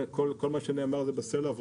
כל מה שנאמר הוא נכון ומדויק וחצוב בסלע,